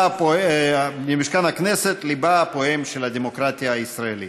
למשכן הכנסת, ליבה הפועם של הדמוקרטיה הישראלית.